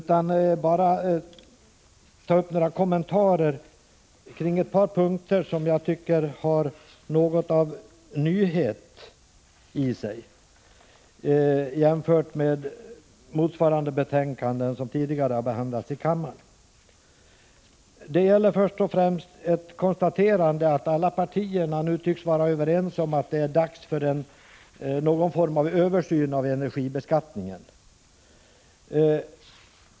Jag vill bara göra några kommentarer kring ett par punkter där jag tycker att betänkandet i viss mån innehåller något nytt i jämförelse med motsvarande betänkande som tidigare har behandlats i kammaren. Det gäller först och främst konstaterandet att alla partier nu tycks vara överens om att det är dags för någon form av översyn av energibeskattningen.